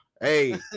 Hey